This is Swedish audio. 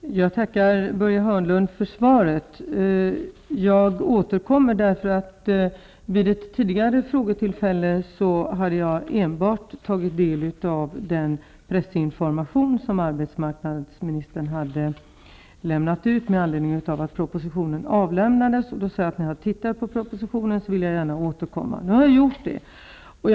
Herr talman! Jag tackar Börje Hörnlund för sva ret. Jag återkommer till den här saken därför att jag vid tidigare frågetillfälle enbart hade tagit del av den pressinformation som arbetsmarknadsmi nistern gett med anledning av att propositionen av lämnats. Jag sade vid det tillfället att jag, när jag tittat på propositionen, gärna ville återkomma. Nu har jag alltså gjort det.